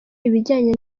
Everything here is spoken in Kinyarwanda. ibijyanye